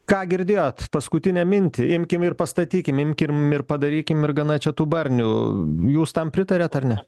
ką girdėjot paskutinę mintį imkim ir pastatykim imkim ir padarykim ir gana čia tų barnių jūs tam pritariat ar ne